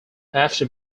after